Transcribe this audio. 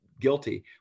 guilty